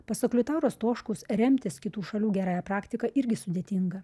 pasak liutauro stoškus remtis kitų šalių gerąja praktika irgi sudėtinga